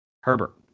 Herbert